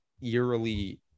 eerily